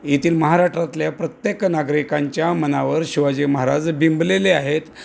येथील महाराष्ट्रातल्या प्रत्येक नागरिकांच्या मनावर शिवाजी महाराज बिंबलेले आहेत